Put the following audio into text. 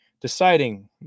deciding